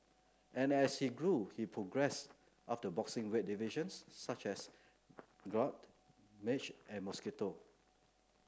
and as he grew he progressed up the boxing weight divisions such as gnat midge and mosquito